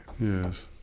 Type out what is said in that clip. Yes